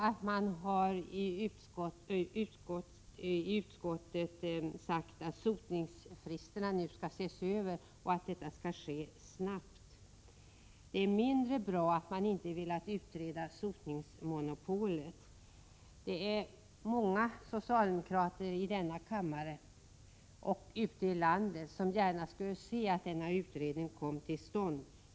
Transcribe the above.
Det är bra att det i utskottsbetänkandet sägs att sotningsfristerna nu skall ses över och att detta skall ske snabbt. Det är mindre bra att man inte velat utreda sotningsmonopolet. Många socialdemokrater i denna kammare och ute i landet skulle gärna se att en sådan utredning kommer till stånd.